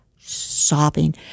sobbing